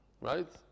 right